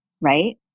right